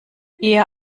ihr